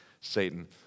Satan